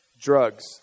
Drugs